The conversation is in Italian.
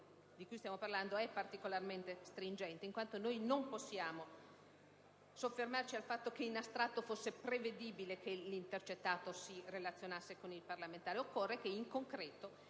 di cui stiamo parlando è particolarmente stringente, in quanto non possiamo fermarci al fatto che, in astratto, fosse prevedibile che l'intercettato si relazionasse con il parlamentare: occorre che, in concreto,